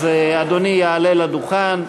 אדוני יעלה לדוכן.